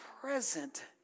present